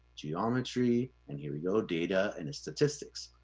geometry, and here we go data and statistics.